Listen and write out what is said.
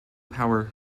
power